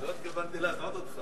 לא התכוונתי להטעות אותך.